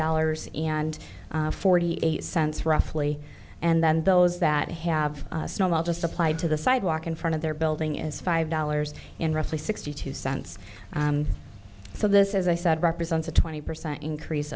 dollars and forty eight cents roughly and then those that have just applied to the sidewalk in front of their building is five dollars in roughly sixty two cents so this as i said represents a twenty percent increase